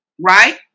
right